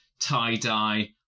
tie-dye